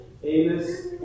Amos